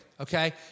okay